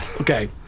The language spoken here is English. Okay